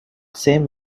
same